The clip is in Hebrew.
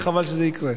וחבל מאוד שזה יקרה.